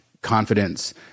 confidence